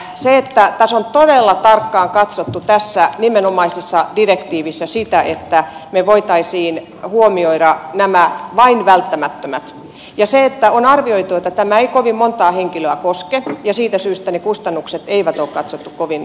tässä nimenomaisessa direktiivissä on todella tarkkaan katsottu sitä että me voisimme huomioida vain nämä välttämättömät ja on arvioitu että tämä ei kovin montaa henkilöä koske ja siitä syystä niitä kustannuksia ei ole katsottu kovin suuriksi